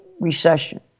Recession